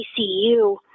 ICU